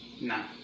No